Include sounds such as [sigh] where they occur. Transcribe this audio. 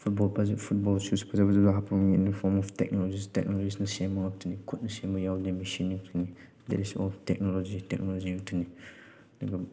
football [unintelligible] football shoes ꯐꯖ ꯐꯖꯕ [unintelligible] ꯏꯟ the form of technologies ꯇꯦꯛꯅꯣꯂꯣꯖꯤꯁꯅ ꯁꯦꯝꯕ ꯉꯥꯛꯇꯅꯤ ꯈꯨꯠꯅ ꯁꯦꯝ ꯌꯥꯎꯗꯦ ꯃꯦꯆꯤꯟ ꯉꯥꯛꯇꯅꯤ that is of technology technology ꯉꯥꯛꯇꯅꯤ ꯑꯗꯨꯒ